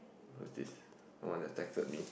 what's this someone just texted me